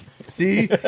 See